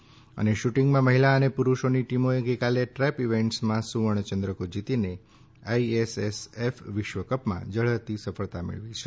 ત શુટીંગમાં મહિલા અને પુરુષોની ટીમોએ ગઈકાલે ટ્રેપ ઇવેન્ટ્સમાં સુવર્ણ ચંદ્રકો જીતીનેે જીજી વિશ્વકપમાં ઝળહળતી સફળતા મેળવી છે